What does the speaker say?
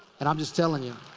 and i'm just tellin' ya.